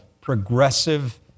progressive